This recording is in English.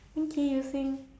okay you sing